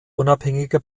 unabhängige